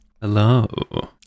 Hello